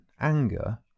anger